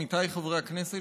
עמיתיי חברי הכנסת,